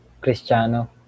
Cristiano